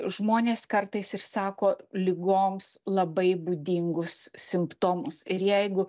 žmonės kartais ir sako ligoms labai būdingus simptomus ir jeigu